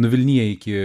nuvilnija iki